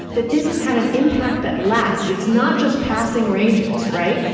that this has had an impact that lasts. it's not just passing rages, right?